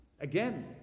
Again